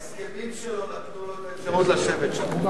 ההסכמים שלו נתנו לו את האפשרות לשבת שם.